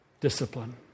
discipline